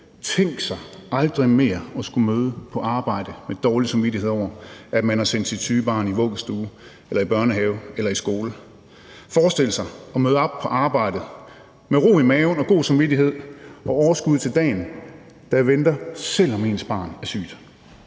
Tænk sig aldrig mere at skulle møde på arbejde med dårlig samvittighed over, at man har sendt sit syge barn i vuggestue, børnehave eller skole. Forestil sig at møde op på arbejdet med ro i maven og god samvittighed og med overskud til dagen, der venter, selv om ens barn er sygt.